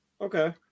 okay